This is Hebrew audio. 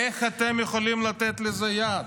איך אתם יכולים לתת לזה יד?